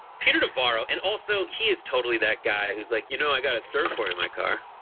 peter navarro and also he is totally that guy who's like you know i got a surfboard in my car.